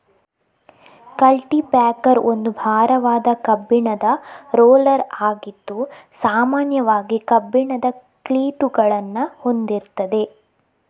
culti packer ಒಂದು ಭಾರವಾದ ಕಬ್ಬಿಣದ ರೋಲರ್ ಆಗಿದ್ದು ಸಾಮಾನ್ಯವಾಗಿ ಕಬ್ಬಿಣದ ಕ್ಲೀಟುಗಳನ್ನ ಹೊಂದಿರ್ತದೆ